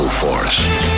Force